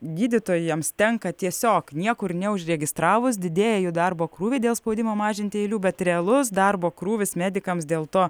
gydytojams tenka tiesiog niekur neužregistravus didėja jų darbo krūviai dėl spaudimo mažinti eilių bet realus darbo krūvis medikams dėl to